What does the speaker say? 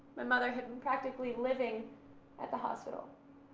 my mother had been practically living at the hospital,